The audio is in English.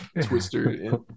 twister